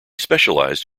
specialised